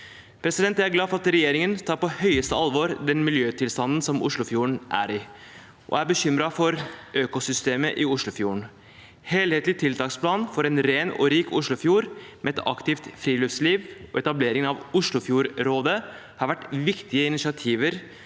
Oslofjorden. Jeg er glad for at regjeringen tar på høyeste alvor den miljøtilstanden som Oslofjorden er i, og er bekymret for økosystemet i Oslofjorden. Helhetlig tiltaksplan for en ren og rik Oslofjord med et aktivt friluftsliv og etableringen av Oslofjordrådet har vært viktige initiativer